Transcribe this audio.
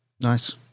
Nice